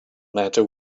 matter